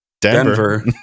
Denver